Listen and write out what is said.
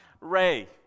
Ray